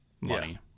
money